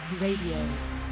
Radio